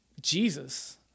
Jesus